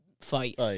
fight